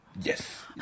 Yes